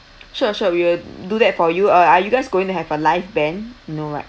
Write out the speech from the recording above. sure sure we will do that for you uh are you guys going to have a live band no right